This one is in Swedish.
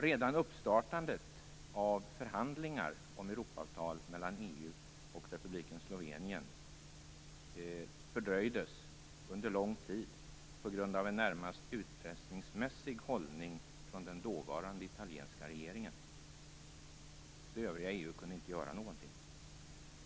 Redan uppstartandet av förhandlingar om Europaavtal mellan EU och republiken Slovenien fördröjdes under lång tid på grund av en närmast utpressningsmässig hållning från den dåvarande italienska regeringen. Övriga EU kunde inte göra någonting.